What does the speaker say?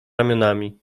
ramionami